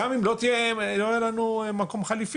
גם אם לא היה לנו מקום חליפי.